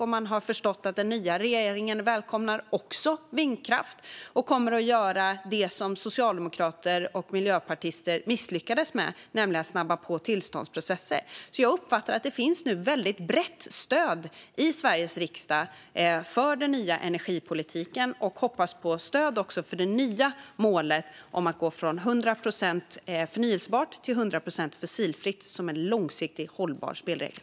Och man har förstått att den nya regeringen också välkomnar vindkraft och kommer att göra det som socialdemokrater och miljöpartister misslyckades med, nämligen att snabba på tillståndsprocesserna. Jag uppfattar därför att det nu finns ett väldigt brett stöd i Sveriges riksdag för den nya energipolitiken, och jag hoppas på stöd också för det nya målet om att gå från 100 procent förnybart till 100 procent fossilfritt som en långsiktig, hållbar spelregel.